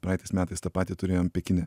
praeitais metais tą patį turėjom pekine